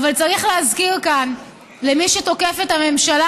אבל צריך להזכיר כאן למי שתוקף את הממשלה